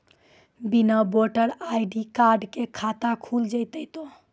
बिना voter ID card के खाता खुल जैते तो?